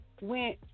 went